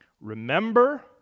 remember